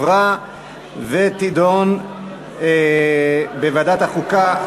לדיון מוקדם בוועדת החוקה,